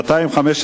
ביום ט'